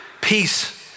peace